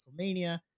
WrestleMania